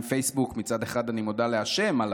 מצד אחד, אני מודה לשם עליו כל יום,